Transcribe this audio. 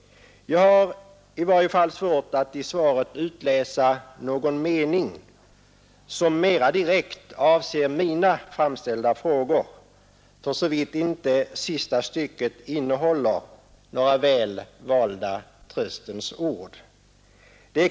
I varje fall har jag svårt att i svaret utläsa någon mening som mera direkt avser de av mig framställda frågorna, för så vitt inte sista stycket innehåller några väl valda tröstens ord.